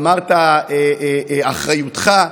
אמרת: אחריותך.